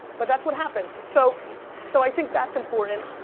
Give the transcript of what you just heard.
but that's what happens. so so i think that's important.